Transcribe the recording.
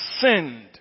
sinned